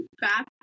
back